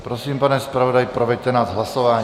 Prosím, pane zpravodaji, proveďte nás hlasováním.